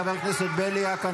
(קוראת בשם חברת הכנסת) קארין אלהרר,